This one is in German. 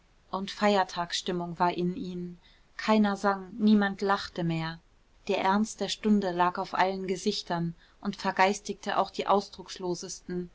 und feiertagsstimmung war in ihnen keiner sang niemand lachte mehr der ernst der stunde lag auf allen gesichtern und vergeistigte auch die